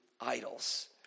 idols